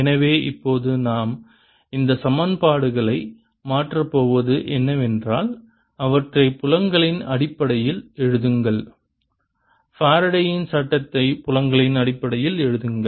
எனவே இப்போது நாம் இந்த சமன்பாடுகளை மாற்றப் போவது என்னவென்றால் அவற்றை புலங்களின் அடிப்படையில் எழுதுங்கள் ஃபாரடேயின் Faraday's சட்டத்தை புலங்களின் அடிப்படையில் எழுதுங்கள்